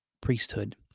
priesthood